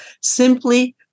simply